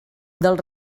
del